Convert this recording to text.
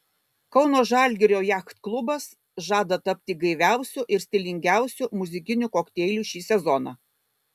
kauno žalgirio jachtklubas žada tapti gaiviausiu ir stilingiausiu muzikiniu kokteiliu šį sezoną